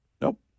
Nope